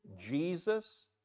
Jesus